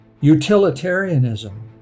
Utilitarianism